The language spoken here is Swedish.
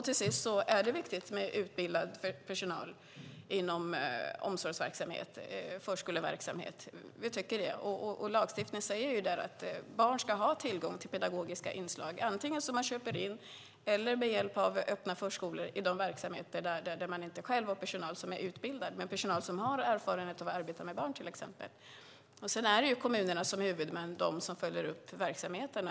Till sist är det viktigt med utbildad personal inom omsorgsverksamhet, förskoleverksamhet. Vi tycker det. Och lagstiftningen säger att barn ska ha tillgång till pedagogiska inslag, som man antingen köper in eller får med hjälp av öppna förskolor, i de verksamheter där man inte själv har personal som är utbildad men personal som har erfarenhet av att arbeta med barn till exempel. Sedan är det kommunerna, som huvudmän, som följer upp verksamheten.